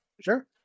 Sure